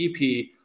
EP